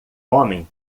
homem